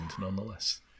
nonetheless